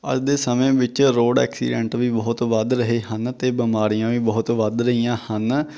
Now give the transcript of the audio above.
ਅੱਜ ਦੇ ਸਮੇਂ ਵਿੱਚ ਰੋਡ ਐਕਸੀਡੈਂਟ ਵੀ ਬਹੁਤ ਵੱਧ ਰਹੇ ਹਨ ਅਤੇ ਬਿਮਾਰੀਆਂ ਵੀ ਬਹੁਤ ਵੱਧ ਰਹੀਆਂ ਹਨ